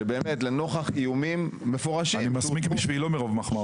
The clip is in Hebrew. שבאמת לנוכח איומים מפורשים -- אני מסמיק בשבילו מרוב מחמאות.